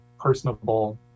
personable